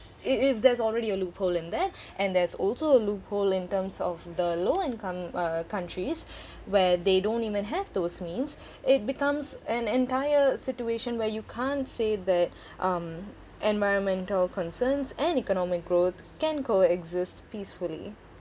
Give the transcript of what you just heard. if if there's already a loophole in there and there's also a loophole in terms of the low-income uh countries where they don't even have those means it becomes an entire situation where you can't say that um environmental concerns and economic growth can co-exist peacefully